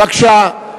בבקשה.